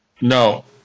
No